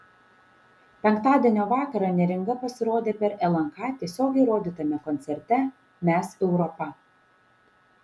penktadienio vakarą neringa pasirodė per lnk tiesiogiai rodytame koncerte mes europa